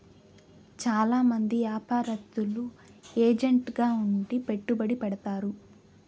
చాలా మంది యాపారత్తులు ఏజెంట్ గా ఉండి పెట్టుబడి పెడతారు